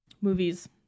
movies